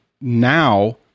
now